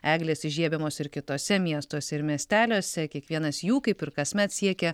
eglės įžiebiamos ir kituose miestuose ir miesteliuose kiekvienas jų kaip ir kasmet siekia